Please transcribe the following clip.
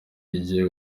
igiye